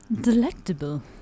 Delectable